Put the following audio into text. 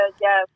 Yes